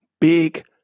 Big